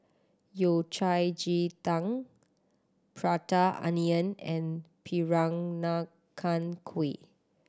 Yao Cai ji tang Prata Onion and Peranakan Kueh